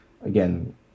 Again